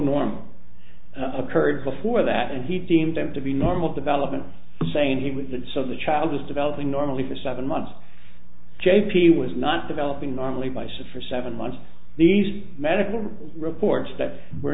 norm occurred before that and he deemed them to be normal development saying he was and so the child was developing normally for seven months j p was not developing normally by side for seven months these medical reports that were